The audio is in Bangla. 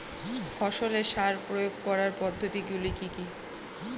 ফসলে সার প্রয়োগ করার পদ্ধতি গুলি কি কী?